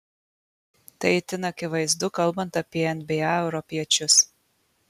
tai itin akivaizdu kalbant apie nba europiečius